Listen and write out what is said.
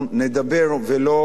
ולא נירה,